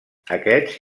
aquests